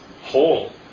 whole